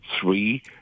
three